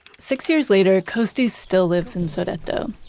six years later costis still lives in sodeto.